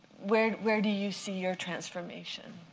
where where do you see your transformation?